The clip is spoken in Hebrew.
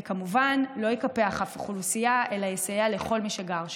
וכמובן לא יקפח אף אוכלוסייה אלא יסייע לכל מי שגר שם.